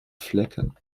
flecken